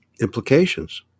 implications